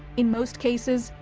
in most cases,